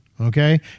Okay